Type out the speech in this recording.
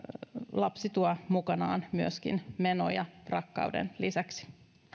lapsi tuo mukanaan myöskin menoja rakkauden lisäksi